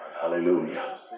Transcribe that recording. Hallelujah